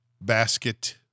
basket